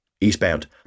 Eastbound